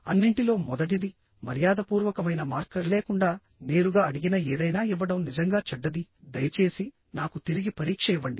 అన్నింటిలో మొదటిది మర్యాదపూర్వకమైన మార్కర్ లేకుండా నేరుగా అడిగిన ఏదైనా ఇవ్వడం నిజంగా చెడ్డది దయచేసి నాకు తిరిగి పరీక్ష ఇవ్వండి